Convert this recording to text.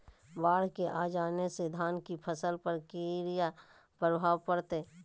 बाढ़ के आ जाने से धान की फसल पर किया प्रभाव पड़ता है?